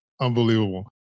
Unbelievable